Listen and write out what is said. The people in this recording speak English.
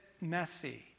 messy